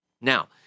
Now